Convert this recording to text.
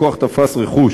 הכוח תפס רכוש